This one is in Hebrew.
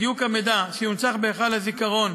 המידע שיונצח בהיכל הזיכרון